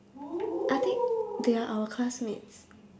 I think they are our classmates